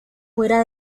fuera